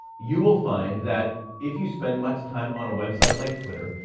you will find that if you spend much time on a website like twitter,